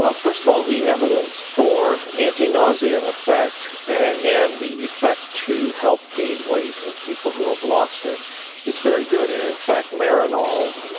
ah first of all, the evidence for anti-nausea effect and the effect to help gain weight in people who have lost it is very good, and, in fact, marinol,